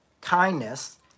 kindness